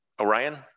Orion